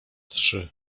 trzy